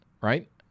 right